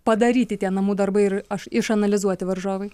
padaryti tie namų darbai ir aš išanalizuoti varžovai